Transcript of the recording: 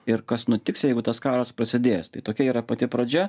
ir kas nutiks jeigu tas karas prasidės tai tokia yra pati pradžia